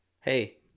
hey